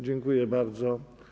Dziękuję bardzo.